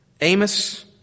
Amos